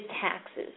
taxes